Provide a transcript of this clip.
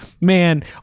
Man